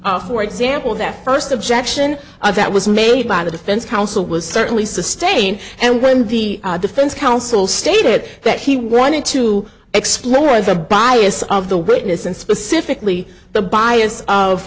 for example their first objection that was made by the defense counsel was certainly sustain and when the defense counsel stated that he wanted to explore the bias of the witness and specifically the bias